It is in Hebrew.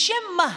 בשם מה?